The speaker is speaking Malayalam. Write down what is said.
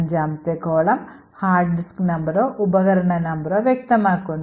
അഞ്ചാമത്തെ column ഹാർഡ് ഡിസ്ക് നമ്പറോ ഉപകരണ നമ്പറോ വ്യക്തമാക്കുന്നു